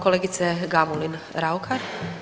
Kolegice Gamulin Raukar.